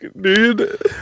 dude